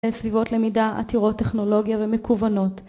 סביבות למידה עתירות טכנולוגיה ומקוונות